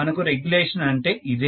మనకు రెగ్యలేషన్ అంటే ఇదే